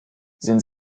sind